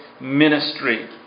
ministry